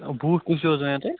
بوٗٹھ کُس ہیٛوٗ حظ ؤنیٛو تۄہہِ